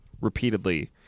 repeatedly